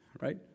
right